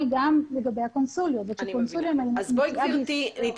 גם לגבי הקונסוליות וכשקונסוליה משיאה בישראל --- אני מבינה.